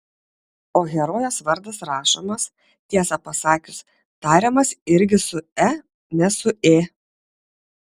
o herojės vardas rašomas tiesą pasakius tariamas irgi su e ne su ė